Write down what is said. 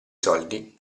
soldi